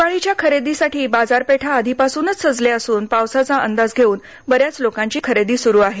दिवाळीच्या खरेदीसाठी बाजारपेठा आधीपासूनच सजल्या असून पावसाचा अंदाज घेऊन बऱ्याच लोकांची खरेदी सुरू आहे